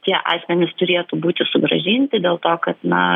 tie asmenys turėtų būti sugrąžinti dėl to kad na